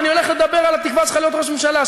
אני הולך לדבר על התקווה שלך להיות ראש ממשלה.